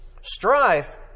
Strife